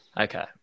Okay